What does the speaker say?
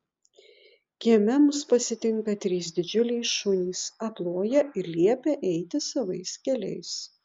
kieme mus pasitinka trys didžiuliai šunys aploja ir liepia eiti savais keliais